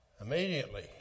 Immediately